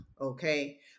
Okay